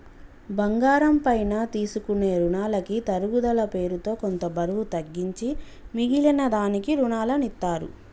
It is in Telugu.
బంగారం పైన తీసుకునే రునాలకి తరుగుదల పేరుతో కొంత బరువు తగ్గించి మిగిలిన దానికి రునాలనిత్తారు